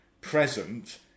present